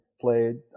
played